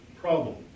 problem